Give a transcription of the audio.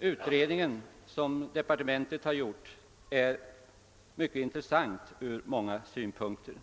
utredning som departementet gjort är intressant ur många synpunkter.